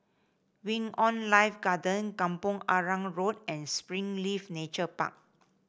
Wing On Life Garden Kampong Arang Road and Springleaf Nature Park